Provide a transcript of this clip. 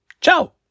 ciao